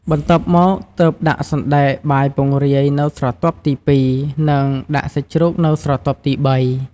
បន្ទាប់មកទើបដាក់សណ្ដែកបាយពង្រាយនៅស្រទាប់ទីពីរ និងដាក់សាច់ជ្រូកនៅស្រទាប់ទីបី។